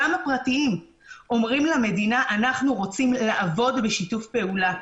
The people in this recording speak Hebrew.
הפרטיים אומרים למדינה - אנחנו רוצים לעבוד בשיתוף פעולה.